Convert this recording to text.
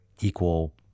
equal